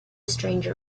stranger